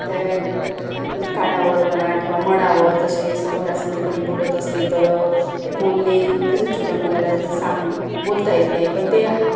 त्यात कानावर म्हणा किंवा मनावर जसे समोरासमोर कोणी बोलत असले तर ते बोलणे जसं छोट्या मुलाला जसं सांग बोलता येत नाही पण ते हा